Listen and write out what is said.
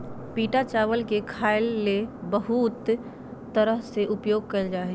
पिटा चावल के खाय ले बहुत तरह से उपयोग कइल जा हइ